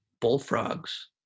Bullfrogs